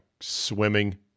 swimming